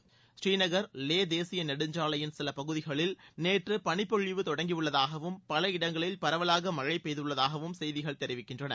புரீநகர் லே தேசிய நெடுஞ்சாலையின் சில பகுதிகளில் நேற்று பனிப்பொழிவு தொடங்கியுள்ளதாகவும் பல இடங்களில் பரவலாக மழை பெய்துள்ளதாகவும் செய்திகள் தெரிவிக்கின்றன